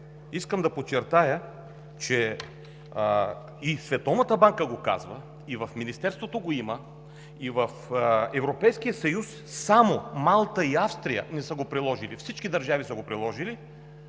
искам да подчертая, че и Световната банка го казва, и в Министерството го има, и в Европейския съюз – само Малта и Австрия не са го приложили, а всички държави са го приложили.